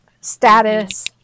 status